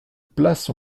place